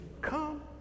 come